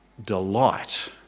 Delight